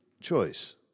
choice